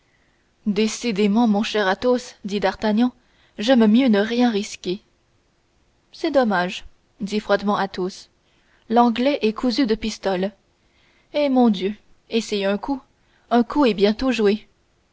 décidément mon cher athos dit d'artagnan j'aime mieux ne rien risquer c'est dommage dit froidement athos l'anglais est cousu de pistoles eh mon dieu essayez un coup un coup est bientôt joué